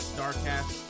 Starcast